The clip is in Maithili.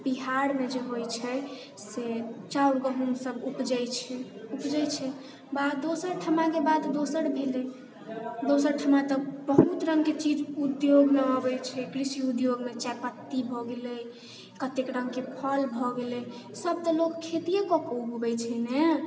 बिहारमे जे होइ छै से चाउर गहूम सब उपजै छै उपजै छै आओर दोसर ठमाके बात दोसर भेलै दोसर ठमा तऽ बहुत रङ्गके चीज उद्योगमे अबै छै कृषि उद्योगमे चाइ पत्ती भऽ गेलै कतेक रङ्गके फल भऽ गेलै सब तऽ लोक खेतिए कऽके उगबै छै ने